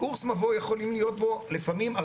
אמור להתקיים דיון בממשלה בעניין המגבלות